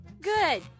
Good